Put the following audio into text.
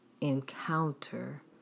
encounter